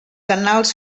annals